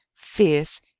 fierce,